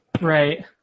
Right